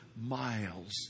miles